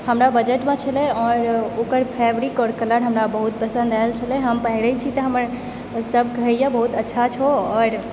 हमरा बजटमे छलै आओर ओकर फेब्रिक आओर कलर हमरा बहुत पसन्द आयल छलै हम पहिरै छी तऽ हमर सब कहैया बहुत अच्छा छौ आओर